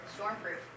stormproof